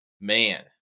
man